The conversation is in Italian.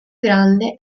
grande